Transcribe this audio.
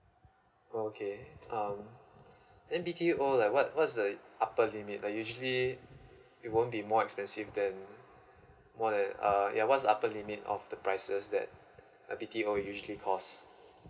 okay uh then B_T_O like what what's the upper limit like usually it won't be more expensive than more than uh yeah what's the upper limit of the prices that a B_T_O usually cost